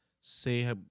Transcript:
say